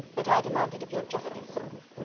but i demand it of your justice.